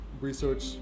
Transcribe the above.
research